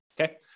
Okay